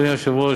אדוני היושב-ראש,